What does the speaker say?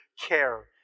care